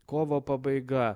kovo pabaiga